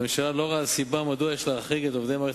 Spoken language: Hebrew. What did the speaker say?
הממשלה לא רואה סיבה להחרגת עובדי מערכת